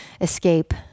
escape